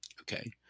Okay